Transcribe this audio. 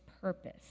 purpose